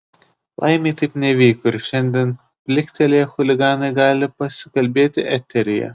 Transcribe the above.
laimei taip neįvyko ir šiandien pliktelėję chuliganai gali pasikalbėti eteryje